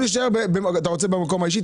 אתה רוצה במקום האישי?